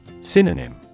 Synonym